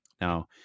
Now